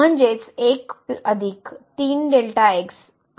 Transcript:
म्हणजेच आणि